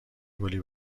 گلی